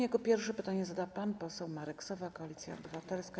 Jako pierwszy pytanie zada pan poseł Marek Sowa, Koalicja Obywatelska.